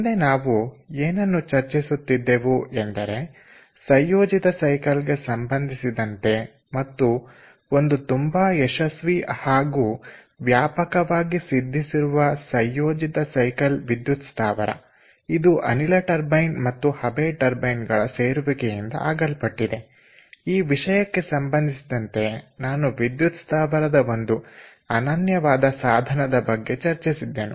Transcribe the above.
ಹಿಂದೆ ನಾವು ಏನನ್ನು ಚರ್ಚಿಸುತ್ತಿದ್ದೆವು ಎಂದರೆ ಸಂಯೋಜಿತ ಸೈಕಲ್ಗೆ ಸಂಬಂಧಿಸಿದಂತೆ ಮತ್ತು ಒಂದು ತುಂಬಾ ಯಶಸ್ವಿ ಹಾಗೂ ವ್ಯಾಪಕವಾಗಿ ಸಿದ್ಧಿಸಿರುವ ಸಂಯೋಜಿತ ಸೈಕಲ್ ವಿದ್ಯುತ್ ಸ್ಥಾವರ ಇದು ಅನಿಲ ಟರ್ಬೈನ್ ಮತ್ತು ಹಬೆ ಟರ್ಬೈನ್ ಗಳ ಸೇರುವಿಕೆ ಯಿಂದ ಆಗಲ್ಪಟ್ಟಿದೆ ಈ ವಿಷಯಕ್ಕೆ ಸಂಬಂಧಿಸಿದಂತೆ ನಾನು ವಿದ್ಯುತ್ ಸ್ಥಾವರದ ಒಂದು ಅನನ್ಯವಾದ ಸಾಧನದ ಬಗ್ಗೆ ಚರ್ಚಿಸಿದ್ದೆನೆ